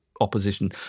opposition